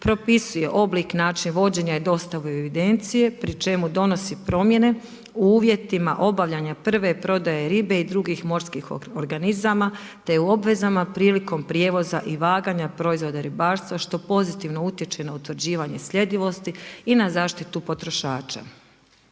Propisuje oblik, način vođenja i dostavu evidencije pri čemu donosi promjene u uvjetima obavljanja prve prodaje ribe i drugih morskih organizama, te je u obvezama prilikom prijevoza i vaganja proizvoda ribarstva što pozitivno utječe na utvrđivanje sljedivosti i na zaštitu potrošača.